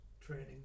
training